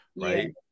right